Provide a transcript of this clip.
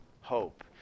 hope